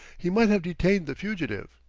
he might have detained the fugitive.